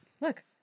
Look